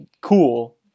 cool